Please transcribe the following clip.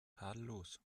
tadellos